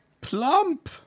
plump